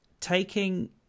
taking